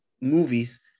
movies